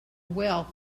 wealth